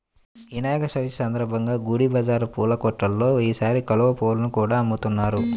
వినాయక చవితి సందర్భంగా గుడి బజారు పూల కొట్టుల్లో ఈసారి కలువ పువ్వుల్ని కూడా అమ్ముతున్నారు